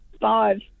five